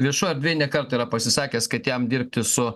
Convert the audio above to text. viešoj edrvėj ne kartą yra pasisakęs kad jam dirbti su